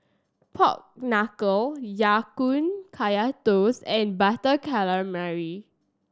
Pork Knuckle Ya Kun Kaya Toast and Butter Calamari